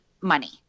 money